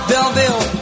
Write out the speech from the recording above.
Belleville